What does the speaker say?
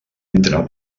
entra